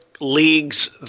leagues